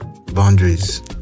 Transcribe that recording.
boundaries